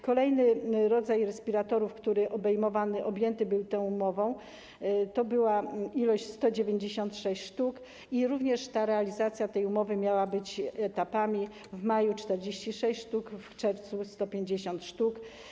Kolejny rodzaj respiratorów, który objęty był tą umową, to była ilość 196 sztuk i również realizacja tej umowy miała być etapami: w maju - 46 sztuk, w czerwcu - 150 sztuk.